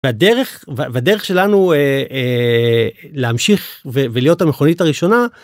הדרך... והדרך שלנו, אה... אה... להמשיך ולהיות המכונית הראשונה